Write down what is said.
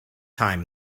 time